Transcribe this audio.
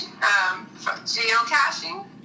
Geocaching